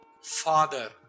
Father